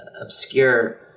obscure